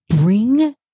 Bring